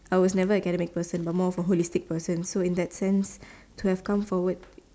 I was never academic person but more of a holistic person so in that sense to have come forward